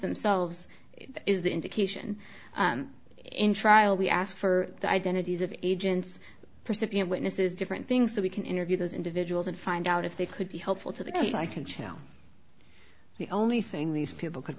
themselves is the indication in trial we ask for the identities of agents percipient witnesses different things so we can interview those individuals and find out if they could be helpful to the case i can show the only thing these people could